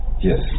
Yes